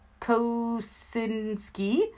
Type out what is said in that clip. Kosinski